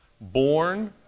born